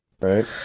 right